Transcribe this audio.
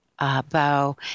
bow